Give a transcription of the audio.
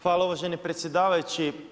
Hvala uvaženi predsjedavajući.